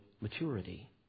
maturity